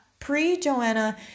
pre-Joanna